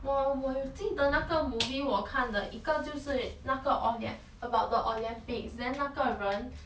我我有记得那个 movie 我看的一个就是那个 olym~ about the olympics then 那个人